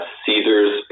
caesars